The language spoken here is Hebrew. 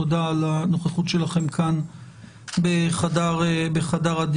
תודה על הנוכחות שלכם כאן בחדר הדיונים.